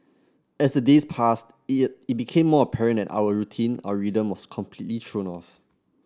as the days passed it it became more apparent that our routine our rhythm was completely thrown off